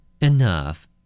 Enough